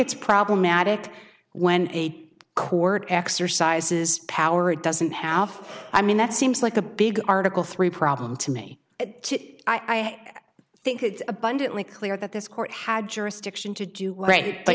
it's problematic when eight court exercises power it doesn't have i mean that seems like a big article three problem to me i have i think it's abundantly clear that this court had jurisdiction to do right b